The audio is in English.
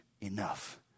enough